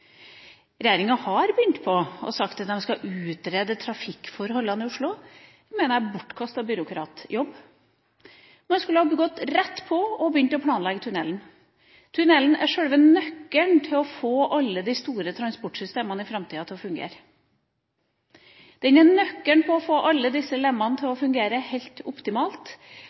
Regjeringa har sagt at den skal utrede trafikkforholdene i Oslo. Det mener jeg er en bortkastet byråkratjobb. Man skulle ha gått rett på og begynt å planlegge tunnelen. Tunnelen er sjølve nøkkelen til å få alle de store transportsystemene i framtida til å fungere. Den er nøkkelen for å få alle disse lemmene til å fungere helt optimalt.